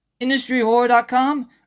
industryhorror.com